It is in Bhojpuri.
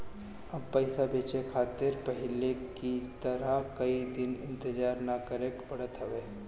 अब पइसा भेजे खातिर पहले की तरह कई दिन इंतजार ना करेके पड़त हवे